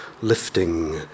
lifting